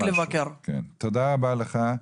תודה רבה לך.